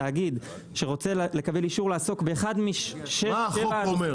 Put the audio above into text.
תאגיד שרוצה לקבל אישור לעסוק באחד מ --- מה החוק אומר?